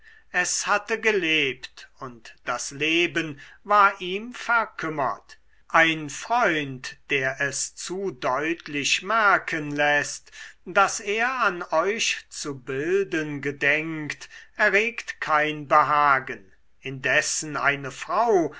es hatte gelebt und das leben war ihm verkümmert ein freund der es zu deutlich merken läßt daß er an euch zu bilden gedenkt erregt kein behagen indessen eine frau